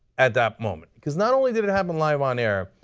at that moment, because not only did it happen live on air,